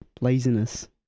Laziness